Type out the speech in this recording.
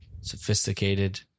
sophisticated